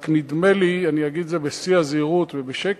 רק נדמה לי, ואגיד את זה בשיא הזהירות ובשקט,